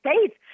States